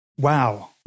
Wow